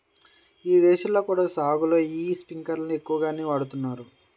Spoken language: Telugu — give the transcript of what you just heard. ఇదేశాల్లో కూడా సాగులో యీ స్పింకర్లను ఎక్కువగానే వాడతన్నారు